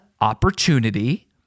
opportunity